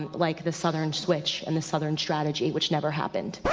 um like the southern switch and the southern strategy, which never happened.